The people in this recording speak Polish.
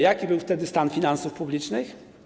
Jaki był wtedy stan finansów publicznych?